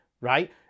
right